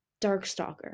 Darkstalker